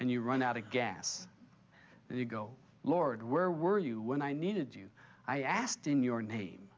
and you run out of gas and you go lord where were you when i needed you i asked in your name